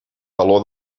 taló